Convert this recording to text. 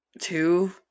two